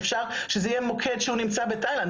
אפשר שזה יהיה מוקד שנמצא בתאילנד,